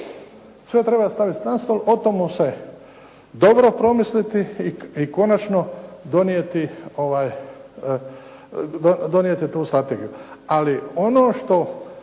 Sve treba staviti na stol, po tomu se dobro promisliti i konačno donijeti ovaj,